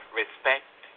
respect